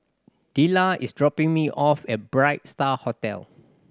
Delila is dropping me off at Bright Star Hotel